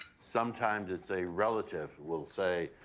sometimes, it's a relative will say,